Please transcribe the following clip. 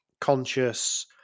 conscious